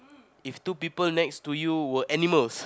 if two people next to you were animals